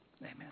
amen